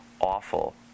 awful